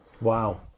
Wow